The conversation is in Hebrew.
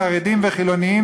חרדים וחילונים,